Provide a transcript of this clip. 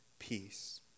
peace